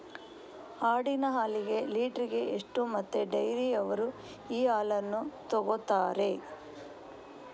ಆಡಿನ ಹಾಲಿಗೆ ಲೀಟ್ರಿಗೆ ಎಷ್ಟು ಮತ್ತೆ ಡೈರಿಯವ್ರರು ಈ ಹಾಲನ್ನ ತೆಕೊಳ್ತಾರೆ?